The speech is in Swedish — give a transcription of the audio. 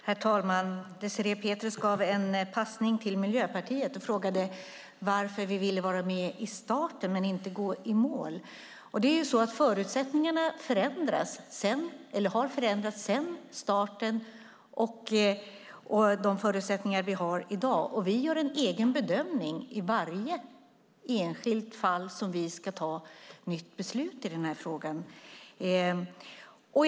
Herr talman! Désirée Pethrus gav en passning till Miljöpartiet. Hon frågade varför vi ville vara med i starten men inte gå i mål. Det är ju så att de förutsättningar vi har i dag har förändrats sedan starten, och vi gör en egen bedömning för varje enskilt fall vi ska ta beslut i när det gäller denna fråga.